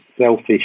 selfish